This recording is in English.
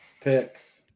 Picks